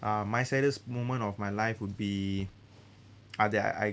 uh my saddest moment of my life would be I that I I